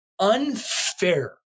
unfair